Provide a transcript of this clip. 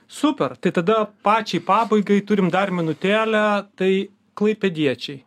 super tai tada pačiai pabaigai turim dar minutėlę tai klaipėdiečiai